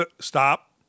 stop